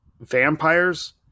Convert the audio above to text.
Vampires